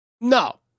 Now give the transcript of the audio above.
No